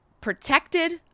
protected